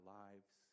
lives